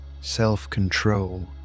self-control